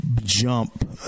jump